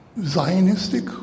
Zionistic